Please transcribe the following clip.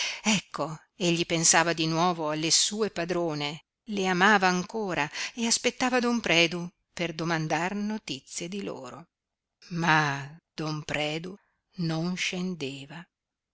ecco egli pensava di nuovo alle sue padrone le amava ancora e aspettava don predu per domandar notizie di loro ma don predu non scendeva